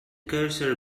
cursor